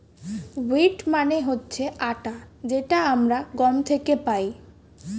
wheat মানে হচ্ছে আটা যেটা আমরা গম থেকে পাই